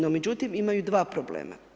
No međutim, imaju dva problema.